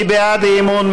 מי בעד האי-אמון?